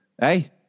hey